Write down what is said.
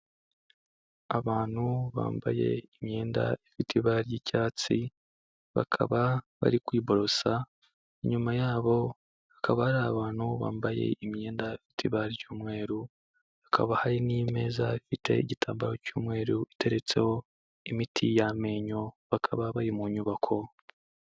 Abantu bambaye imyenda ifite ibara ry'icyatsi bakaba bari kwiborosa, inyuma yabo hakaba hari abantu bambaye imyenda ifite ibara ry'umweru, hakaba hari n'imeza ifite igitambaro cy'umweru iteretseho imiti y'amenyo bakaba bari mu nyubako.